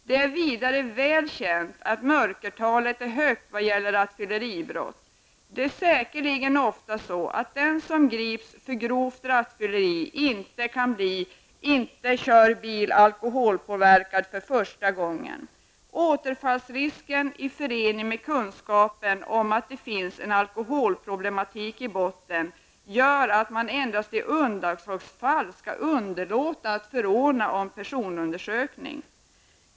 Det är vidare väl känt att mörkertalet är högt när det gäller rattfylleribrott. Det är säkerligen ofta så att den som grips för grovt rattfylleri inte kör bil alkoholpåverkad för första gången. Återfallsrisken i förening med kunskapen om att det finns en alkoholproblematik i botten gör att man endast i undantagsfall skall underlåta att förordna om personundersökning.